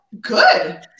good